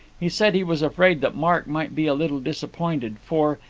he said he was afraid that mark might be a little disappointed, for,